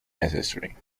necessary